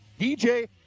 dj